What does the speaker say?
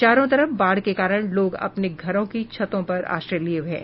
चारों तरफ बाढ़ के कारण लोग अपने घरों की छत पर आश्रय लिये हुए हैं